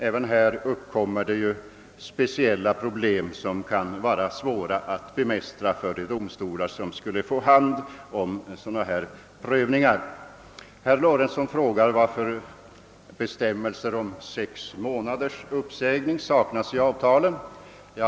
Även här uppkommer speciella problem som kan vara svåra att bemästra för de domstolar som skulle få pröva dessa frågor. Herr Lorentzon frågar varför bestämmelse om sex månaders uppsägningstid saknas i avtalen.